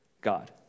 God